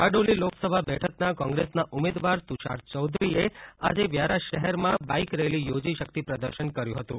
બારડોલી લોકસભા બેઠકના કોંગ્રેસના ઉમેદવાર તુષાર ચોધરીએ આજે વ્યારા શહેરમાં બાઇક રેલી યોજી શક્તિ પ્રદર્શન કર્યું હતું